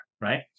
right